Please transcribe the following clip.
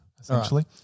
essentially